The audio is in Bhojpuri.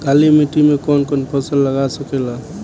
काली मिट्टी मे कौन कौन फसल लाग सकेला?